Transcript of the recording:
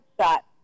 shot